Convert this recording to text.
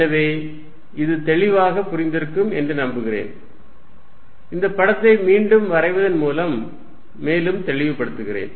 எனவே இது தெளிவாக புரிந்திருக்கும் என்று நம்புகிறேன் இந்த படத்தை மீண்டும் வரைவதன் மூலம் மேலும் தெளிவுபடுத்துகிறேன்